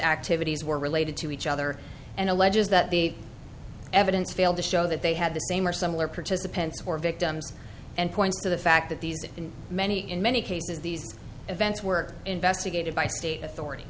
activities were related to each other and alleges that the evidence failed to show that they had the same or similar participants or victims and points to the fact that these in many in many cases these events were investigated by state authorities